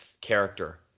character